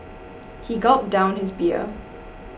he gulped down his beer